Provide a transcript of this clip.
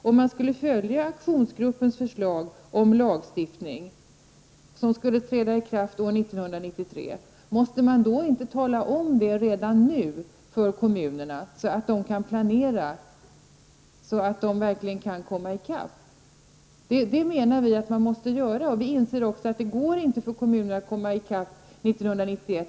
Om man skall följa aktionsgruppens förslag om lagstiftning, som skulle träda i kraft år 1993, måste man då inte tala om det för kommunerna redan nu, så att de kan planera så att de verkligen kommer i kapp? Det menar vi att man måste göra. Vi inser också att det inte går för kommunerna att komma i kapp år 1991.